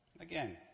Again